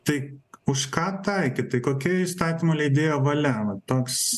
tai už ką taikyt tai kokia įstatymo leidėjo valia va toks